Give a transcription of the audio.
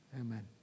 Amen